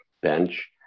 bench